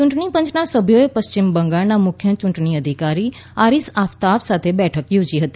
ચૂંટણી પંચના સભ્યોએ પશ્ચિમ બંગાળના મુખ્ય યૂંટણી અધિકારી આરિઝ આફતાબ સાથે બેઠક યોજી હતી